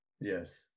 Yes